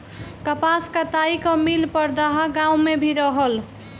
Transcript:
कपास कताई कअ मिल परदहा गाँव में भी रहल